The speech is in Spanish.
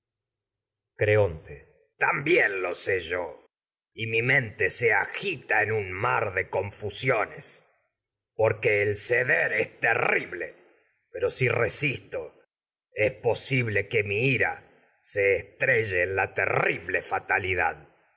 creonte también lo sé yo mi mente se agita en un mar de confusiones es poi que el ceder es terrible en pero si resisto posible que mi ira se estrelle la terrible fatalidad